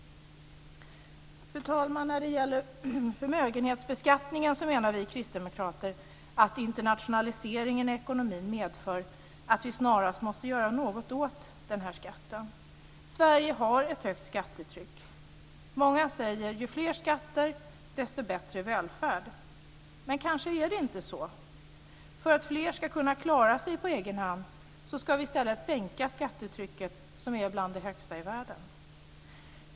Fru talman! Förmögenhetsbeskattningen menar vi kristdemokrater att vi på grund av internationaliseringen i ekonomin snarast måste göra något åt. Sverige har ett högt skattetryck. Många säger: Ju fler skatter, desto bättre välfärd. Men kanske är det inte så. För att fler ska kunna klara sig på egen hand ska vi i stället sänka skattetrycket, som är bland de högsta i världen.